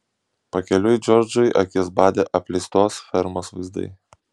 pakeliui džordžui akis badė apleistos fermos vaizdai